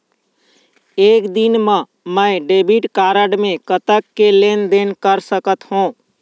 एक दिन मा मैं डेबिट कारड मे कतक के लेन देन कर सकत हो?